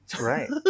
Right